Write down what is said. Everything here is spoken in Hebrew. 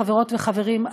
חברות וחברים,